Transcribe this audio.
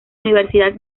universidad